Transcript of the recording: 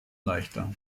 leichter